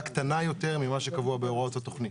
קטנה יותר ממה שקבוע בהוראות התוכנית.